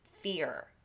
fear